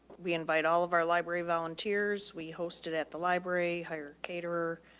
we invite all of our library volunteers. we hosted at the library higher caterer,